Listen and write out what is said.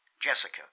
Jessica